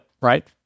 right